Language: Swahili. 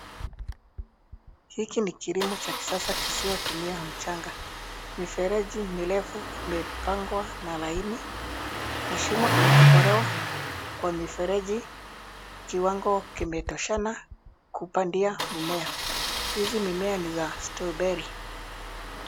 Hiki ni kilimo cha kisasa kisiotumia mchanga. Mifereji mirefu imepangwa na laini, mashimo imetobolewa kwa mifereji, kiwango kimetoshana kupandia mimea. Hizi mimea ni za Strawberry